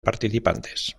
participantes